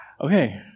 Okay